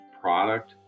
product